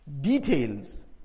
details